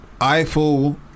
Eiffel